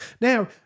Now